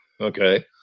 okay